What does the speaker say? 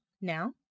now